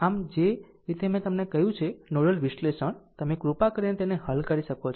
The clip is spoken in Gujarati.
આમ જે રીતે મેં તમને કહ્યું છે કે નોડલ વિશ્લેષણ તમે કૃપા કરીને તેને હલ કરી શકો